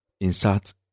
insert